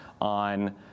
on